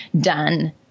done